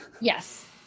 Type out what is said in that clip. yes